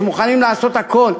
שמוכנים לעשות הכול,